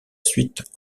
suite